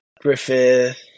Griffith